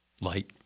light